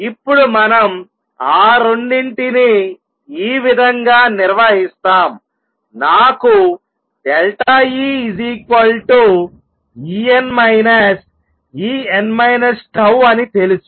ఇప్పుడు మనం ఆ రెండింటినీ ఈ విధంగా నిర్వహిస్తాం నాకు EEn En τఅని తెలుసు